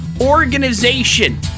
Organization